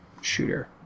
shooter